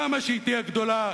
כמה שהיא תהיה גדולה,